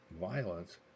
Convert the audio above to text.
violence